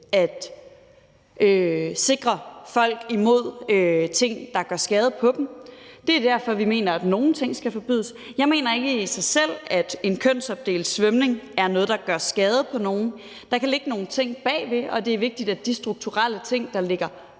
at sikre folk imod ting, der gør skade på dem. Det er derfor, vi mener, at nogle ting skal forbydes. Jeg mener ikke, at kønsopdelt svømning i sig selv er noget, der gør skade på nogen. Der kan ligge nogle ting bagved, og det er vigtigt, at de strukturelle ting, der ligger